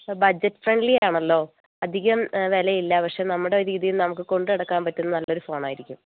ഇപ്പോൾ budget friendly ആണല്ലോ അധികം വിലയില്ല പക്ഷേ നമ്മുടെ രീതിയിൽ നമുക്ക് കൊണ്ട് നടക്കാൻ പറ്റുന്ന നല്ല ഒരു ഫോൺ ആയിരിക്കും